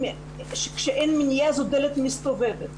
כשאין מניעה זו דלת מסתובבת.